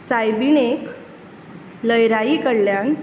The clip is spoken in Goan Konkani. सायबीणेक लयराई कडल्यान